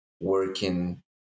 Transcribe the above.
working